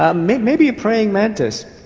ah maybe maybe a praying mantis!